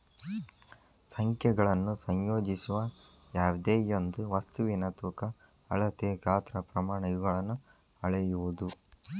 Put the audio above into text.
ಸಂಖ್ಯೆಗಳನ್ನು ಸಂಯೋಜಿಸುವ ಯಾವ್ದೆಯೊಂದು ವಸ್ತುವಿನ ತೂಕ ಅಳತೆ ಗಾತ್ರ ಪ್ರಮಾಣ ಇವುಗಳನ್ನು ಅಳೆಯುವುದು